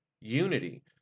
unity